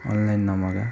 online नमगा